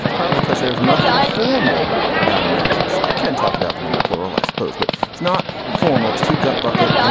partly because there's nothing formal about a mattress. you can talk about them in the plural, i suppose, but it's not formal. it's to gut bucket. you